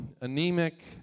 anemic